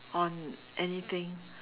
on anything